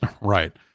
Right